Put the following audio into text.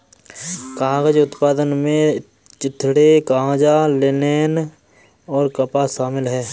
कागज उत्पादन में चिथड़े गांजा लिनेन और कपास शामिल है